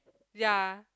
ya